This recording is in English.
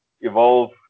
evolve